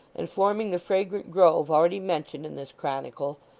and forming the fragrant grove already mentioned in this chronicle,